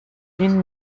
این